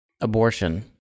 Abortion